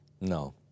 No